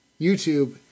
YouTube